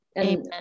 Amen